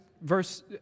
verse